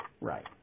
right